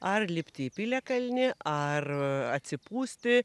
ar lipti į piliakalnį ar atsipūsti